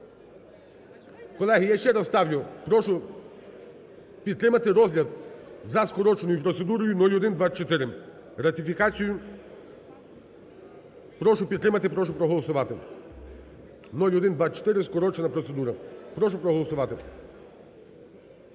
Колеги, я ще раз ставлю, прошу підтримати розгляд за скороченою процедурою 0124 ратифікацію, прошу підтримати, прошу проголосувати 0124 скорочена процедура. Прошу проголосувати.